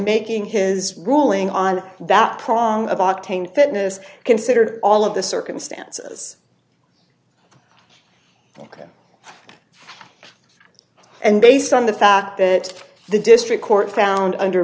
making his ruling on that prong of octane fitness considered all of the circumstances ok and based on the fact that the district court found under